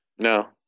No